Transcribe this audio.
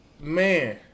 man